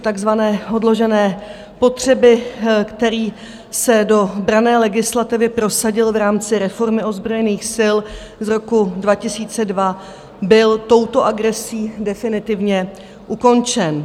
Princip takzvané odložené potřeby, který se do branné legislativy prosadil v rámci reformy ozbrojených sil z roku 2002, byl touto agresí definitivně ukončen.